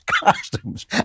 costumes